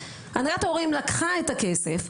הנהגת ההורים לקחה את הכסף,